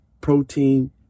protein